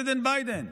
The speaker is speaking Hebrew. President Biden,